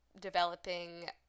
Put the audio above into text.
developing